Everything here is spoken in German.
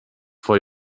vor